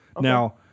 Now